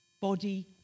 Body